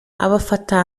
abafata